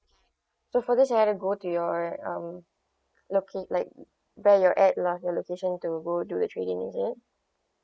so for this I have to go to your um loca~ like where your add lah your location to go do the trade in is it